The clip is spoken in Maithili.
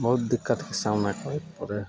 बहुत दिक्कतके सामना करय पड़य